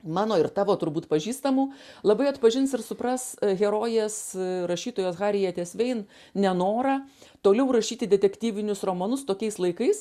mano ir tavo turbūt pažįstamų labai atpažins ir supras herojės rašytojos harietės vein nenorą toliau rašyti detektyvinius romanus tokiais laikais